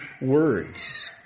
words